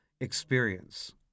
experience